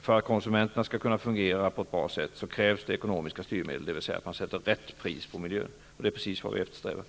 För att konsumenterna skall kunna fungera på ett bra sätt krävs ekonomiska styrmedel, dvs. att man sätter rätt pris på miljön. Det är precis vad vi eftersträvar.